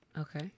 Okay